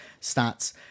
stats